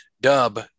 Dub